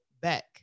back